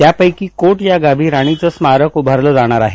त्यापैकी कोट या गावी राणीचं स्मारक उभारलं जाणार आहे